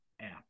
app